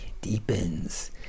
deepens